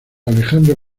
alejandro